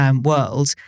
world